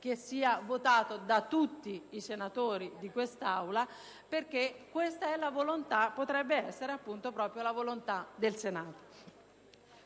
sia votato da tutti i senatori di quest'Aula perché questa sarebbe proprio la volontà del Senato.